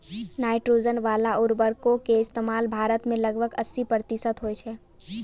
nitrogen बाला उर्वरको के इस्तेमाल भारत मे लगभग अस्सी प्रतिशत होय छै